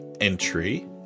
Entry